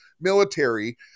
military